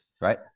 Right